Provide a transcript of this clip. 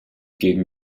gegen